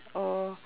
or